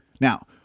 Now